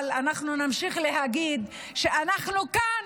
אנחנו נמשיך להגיד שאנחנו כאן